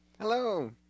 hello